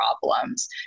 problems